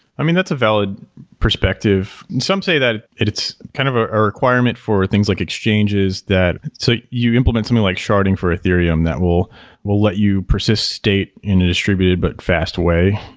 i mean, that's a valid perspective. some say that it's kind of ah a requirement for things like exchanges that so you implement something like sharding for ethereum that will will let you persist state in a distributed but fast way.